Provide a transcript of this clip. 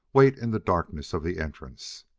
wait in the darkness of the entrance.